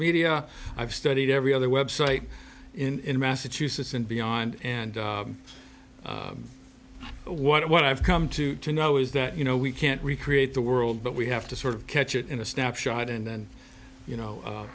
media i've studied every other website in massachusetts and beyond and what i've come to to know is that you know we can't recreate the world but we have to sort of catch it in a snapshot and then you know